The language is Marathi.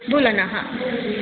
बोला ना हां